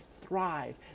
thrive